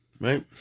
right